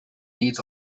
needs